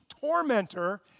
tormentor